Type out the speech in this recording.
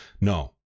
no